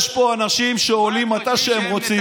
יש פה אנשים שעולים מתי שהם רוצים,